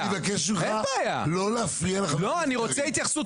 אדוני היועמ"ש --- אדוני היועץ המשפטי,